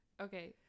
okay